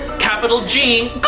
capital g